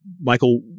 Michael